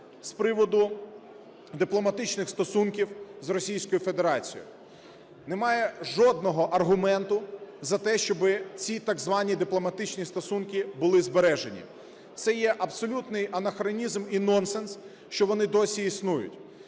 з приводу дипломатичних стосунків з Російською Федерацією. Немає жодного аргументу за те, щоби ці так звані дипломатичні стосунки були збережені. Це є абсолютний анахронізм і нонсенс, що вони досі існують.